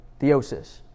Theosis